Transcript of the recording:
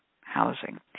housing